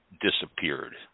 disappeared